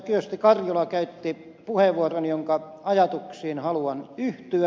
kyösti karjula käytti puheenvuoron jonka ajatuksiin haluan yhtyä